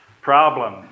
problem